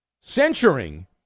censuring